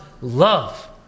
love